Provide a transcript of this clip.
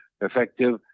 effective